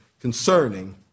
concerning